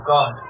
God